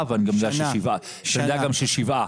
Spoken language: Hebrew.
אני לפחות עשיתי את זה,